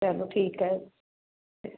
ਚਲੋ ਠੀਕ ਹੈ ਠੀਕ